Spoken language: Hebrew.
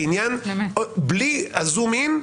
בלי הזום אין,